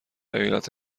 ایالت